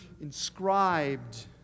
inscribed